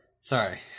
Sorry